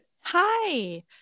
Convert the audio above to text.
Hi